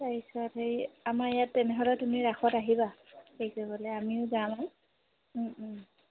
তাৰপিছত হেৰি আমাৰ ইয়াত তেনেহ'লে তুমি ৰাসত আহিবা হেৰি কৰিবলৈ আমিও যাম আৰু